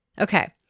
Okay